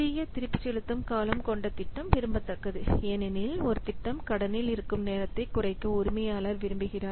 குறுகிய திருப்பிச் செலுத்தும் காலம் கொண்ட திட்டம் விரும்பத்தக்கது ஏனெனில் ஒரு திட்டம் கடனில் இருக்கும் நேரத்தைக் குறைக்க உரிமையாளர் விரும்புகிறார்